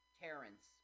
Terrence